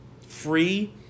Free